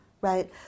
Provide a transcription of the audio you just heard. Right